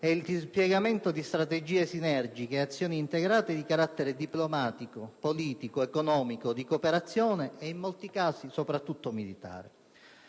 e il dispiegamento di strategie sinergiche ed azioni integrate di carattere diplomatico, politico, economico, di cooperazione e, in molti casi, militare.